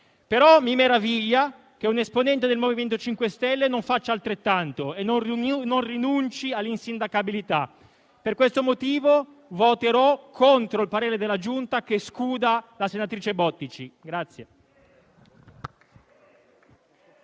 detto. Mi meraviglia, però, che è un esponente del MoVimento 5 Stelle non faccia altrettanto e non rinunci all'insindacabilità. Per questo motivo voterò contro il parere della Giunta che "scuda" la senatrice Bottici.